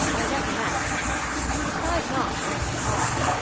i recommenced decide not ere you pause.